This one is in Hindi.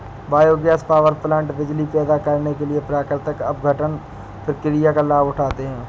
बायोगैस पावरप्लांट बिजली पैदा करने के लिए प्राकृतिक अपघटन प्रक्रिया का लाभ उठाते हैं